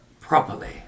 properly